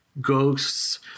ghosts